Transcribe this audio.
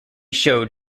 showed